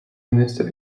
minister